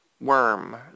worm